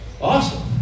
Awesome